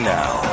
now